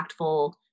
impactful